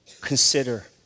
consider